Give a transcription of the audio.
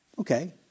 Okay